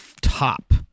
top